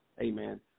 amen